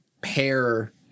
pair